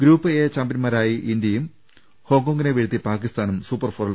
group A ചാമ്പ്യൻമാരായി ഇന്ത്യയും ഹോംങ്കോങിനെ വീഴ്ത്തി പാക്കിസ്ഥാനും സൂപ്പർ ഫോറിൽ